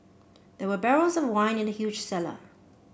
there were barrels of wine in the huge cellar